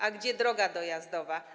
A gdzie droga dojazdowa?